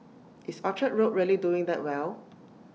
is Orchard road really doing that well